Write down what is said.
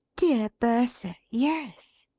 dear bertha, yes!